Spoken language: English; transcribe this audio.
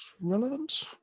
relevant